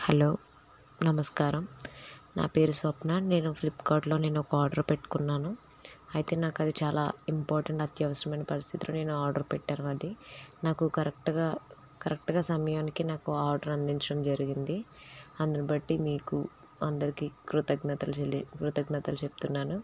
hello నమస్కారం నా పేరు స్వప్న నేను ఫ్లిప్కార్ట్లో నేను ఒక ఆర్డర్ పెట్టుకున్నాను అయితే నాకు అది చాలా ఇంపార్టెంట్ అత్యవసరమైన పరిస్థితిలో నేను ఆర్డర్ పెట్టాను అది నాకు కరెక్ట్గా కరెక్ట్గా సమయానికి నాకు ఆర్డర్ అందించడం జరిగింది అందున బట్టి మీకూ అందరికీ కృతజ్ఞతలు చెల్లి కృతజ్ఞతలు చెప్తున్నాను